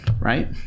right